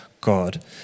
God